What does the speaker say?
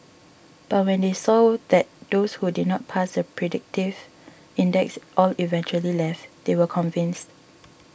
but when they saw that those who did not pass the predictive index all eventually left they were convinced